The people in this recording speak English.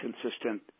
consistent